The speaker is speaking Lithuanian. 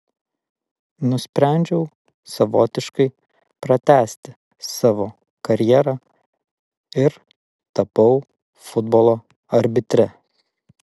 nusprendžiau savotiškai pratęsti savo karjerą ir tapau futbolo arbitre